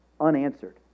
unanswered